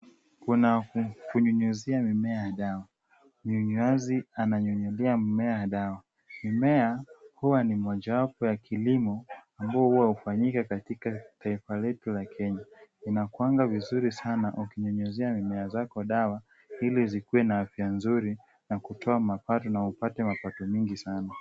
Kuna kunyunyizia mimea kwa dawa. Mnyunyazi ananyunyizia mmea dawa. Mmea huwa ni mojawapo ya kilimo ambayo huwa hufanyika katika taifa letu la Kenya. Inakuwanga mzuri sana kwa kunyunyizia mimea zetu dawa ili zikuwe na afya nzuri na upate mapato mengi sana.